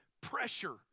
pressure